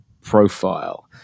profile